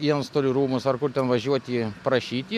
į antstolių rūmus ar kur ten važiuoti prašyti